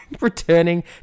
Returning